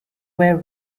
where